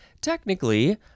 Technically